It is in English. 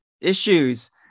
issues